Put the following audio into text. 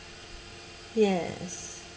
yes